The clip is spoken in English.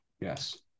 Yes